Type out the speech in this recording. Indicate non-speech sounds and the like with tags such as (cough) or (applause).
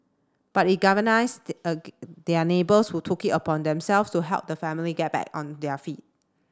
but it galvanised (unintelligible) their neighbours who took it upon themselves to help the family get back on their feet